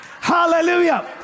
hallelujah